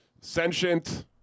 Sentient